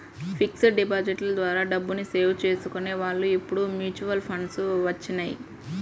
fixed డిపాజిట్ల ద్వారా డబ్బుని సేవ్ చేసుకునే వాళ్ళు ఇప్పుడు మ్యూచువల్ ఫండ్లు వచ్చినియ్యి